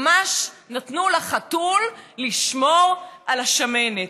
ממש נתנו לחתול לשמור על השמנת,